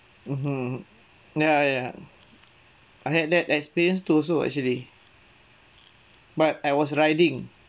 mmhmm ya ya I had that experience too also [what] actually but I was riding